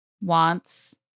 wants